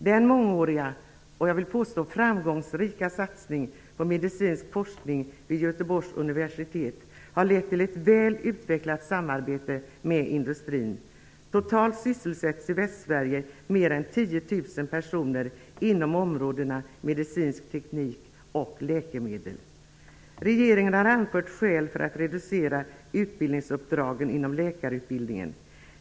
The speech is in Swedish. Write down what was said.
Den mångåriga och jag vill påstå framgångsrika satsningen på medicinsk forskning vid Göteborgs universitet har lett till ett väl utvecklat samarbete med industrin. Totalt sysselsätts i Västsverige mer än 10 000 personer inom områdena medicinsk teknik och läkemedel. Regeringen har anfört skäl för att reducera utbildningsuppdragen inom läkarutbildningen.